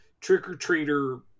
trick-or-treater